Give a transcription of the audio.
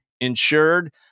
insured